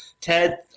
Ted